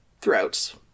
throughout